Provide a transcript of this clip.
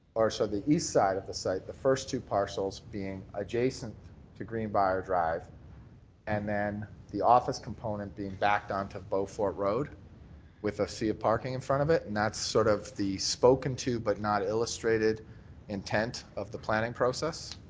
so the east side of the site, the first two parcels being adjacent to green briar drive and then the office component being backed on to beaufort road with a sea of parking in front of it and that's sort of the spoken to but not illustrated intent of the planning process?